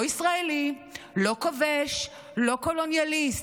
לא ישראלי, לא כובש, לא קולוניאליסט,